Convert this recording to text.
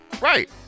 Right